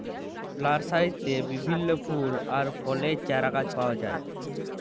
লার্সারিতে বিভিল্য ফুল আর ফলের চারাগাছ পাওয়া যায়